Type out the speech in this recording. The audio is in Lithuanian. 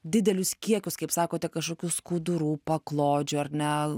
didelius kiekius kaip sakote kažkokių skudurų paklodžių ar ne